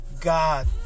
God